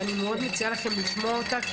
שאני מאוד מציעה לכם לשמוע אותה.